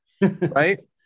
Right